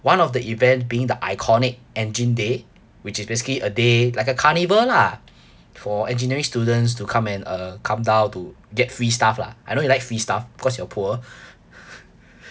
one of the event being the iconic engine day which is basically a day like a carnival lah for engineering students to come and uh come down to get free stuff lah I know you like free stuff cause you're poor